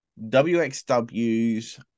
WXW's